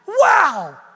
Wow